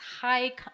high